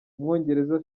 umwongereza